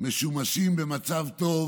משומשים במצב טוב